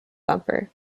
bumper